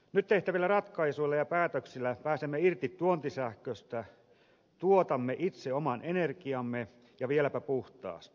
nyt tehtävillä ratkaisuilla ja päätöksillä pääsemme irti tuontisähköstä tuotamme itse oman energiamme ja vieläpä puhtaasti